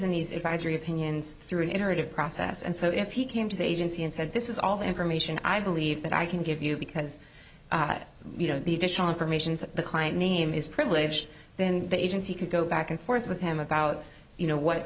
three opinions through an iterative process and so if you came to the agency and said this is all the information i believe that i can give you because you know the additional information that the client name is privileged then the agency could go back and forth with him about you know what